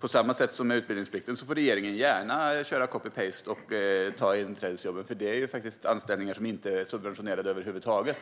På samma sätt som med utbildningsplikten får regeringen gärna köra copy paste och ta inträdesjobben, för det är faktiskt anställningar som inte är subventionerade över huvud taget.